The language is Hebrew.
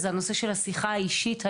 הוא שיחה אישית יזומה,